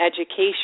education